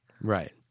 Right